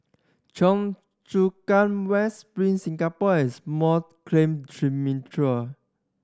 Chu Kang West Spring Singapore and Small Claim